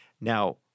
Now